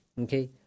okay